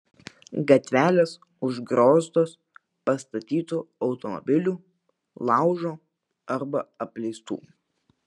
gatvelės užgrioztos pastatytų automobilių laužo arba apleistų